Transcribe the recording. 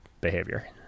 behavior